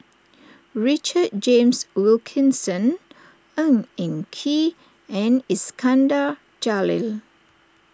Richard James Wilkinson Ng Eng Kee and Iskandar Jalil